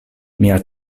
mia